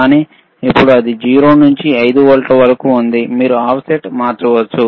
కానీ ఇప్పుడు అది 0 నుండి 5 వోల్ట్ల వరకు ఉంది మీరు ఆఫ్సెట్ మార్చవచ్చు